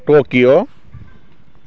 Tokyo